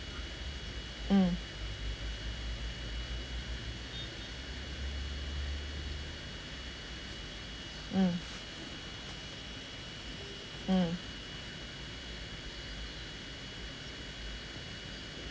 mm mm mm